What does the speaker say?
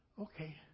Okay